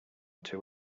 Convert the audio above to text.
too